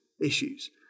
issues